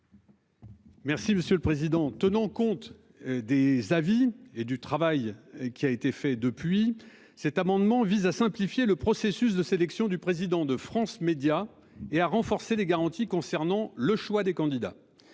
Merci, monsieur le Président, tenant compte des avis et du travail qui a été fait depuis cet amendement vise à simplifier le processus de sélection du président de France Médias et à renforcer les garanties concernant le choix des candidats.